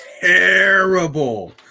terrible